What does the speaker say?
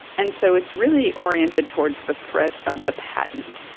and so it's really oriented towards the threat of the patent.